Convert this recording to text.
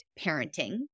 parenting